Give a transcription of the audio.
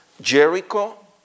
Jericho